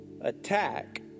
attack